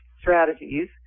strategies